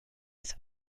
its